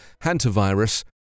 hantavirus